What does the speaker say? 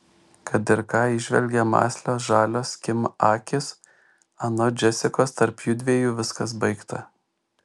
kad ir ką įžvelgė mąslios žalios kim akys anot džesikos tarp jųdviejų viskas baigta